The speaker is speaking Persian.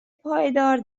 پایدار